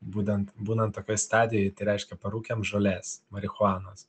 būtent būnant tokio stadijoj tai reiškia parūkėm žolės marihuanos